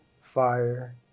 fire